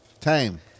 time